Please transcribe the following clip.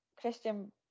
Christian